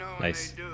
Nice